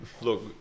look